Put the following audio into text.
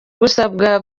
gusabwa